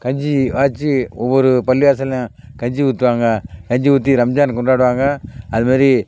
கஞ்சி காய்ச்சி ஒவ்வொரு பள்ளிவாசல்லேயும் கஞ்சி ஊற்றுவாங்க கஞ்சி ஊற்றி ரம்ஜான் கொண்டாடுவாங்க அது மாதிரி